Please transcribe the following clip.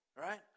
right